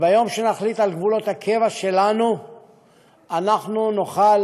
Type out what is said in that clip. ביום שנחליט על גבולות הקבע שלנו אנחנו נוכל